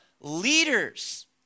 leaders